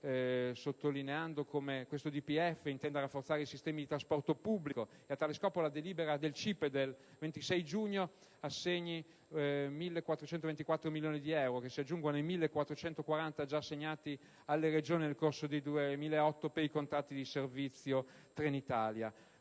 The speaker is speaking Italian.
sottolineo come questo DPEF intenda rafforzare i sistemi di trasporto pubblico e come, a tale scopo, la delibera del CIPE del 26 giugno scorso assegni 1.424 milioni di euro, che si aggiungono ai 1.440 già assegnati alle Regioni nel corso del 2008 per i contratti di servizio Trenitalia.